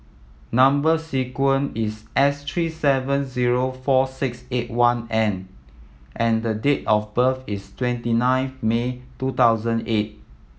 number sequence is S three seven zero four six eight one N and the date of birth is twenty nine May two thousand eight